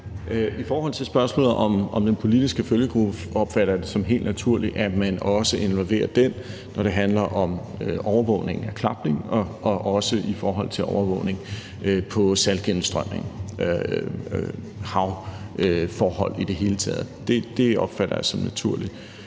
I forhold til spørgsmålet om den politiske følgegruppe opfatter jeg det som helt naturligt, at man også involverer den, når det handler om overvågning af klapning og også i forhold til overvågning af saltgennemstrømningen og havforhold i det hele taget. Det opfatter jeg som naturligt.